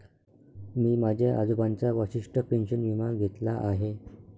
मी माझ्या आजोबांचा वशिष्ठ पेन्शन विमा घेतला आहे